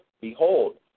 Behold